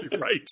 right